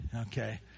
Okay